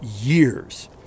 years